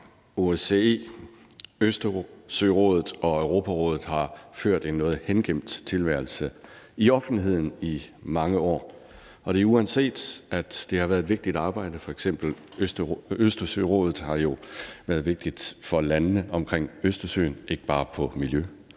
OSCE, Østersørådet og Europarådet har ført en noget hengemt tilværelse i offentligheden i mange år, og det er, uanset at det har været et vigtigt arbejde. Østersørådet har jo f.eks. været vigtigt for landene omkring Østersøen, ikke bare med